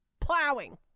Plowing